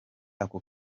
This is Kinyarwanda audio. ako